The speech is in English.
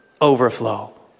overflow